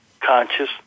conscious